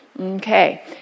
okay